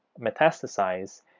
metastasize